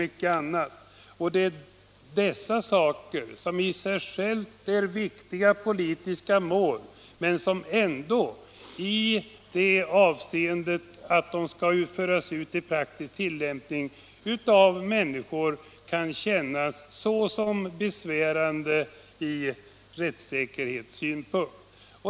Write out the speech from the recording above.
Sådana förändringar är i sig själva viktiga politiska mål, men kan ändå, när de skall föras ut i praktisk tillämpning av människor, kännas såsom besvärande ur rättssäkerhetssynpunkt.